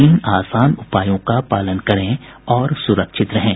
तीन आसान उपायों का पालन करें और सुरक्षित रहें